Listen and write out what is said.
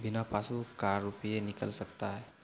बिना पासबुक का रुपये निकल सकता हैं?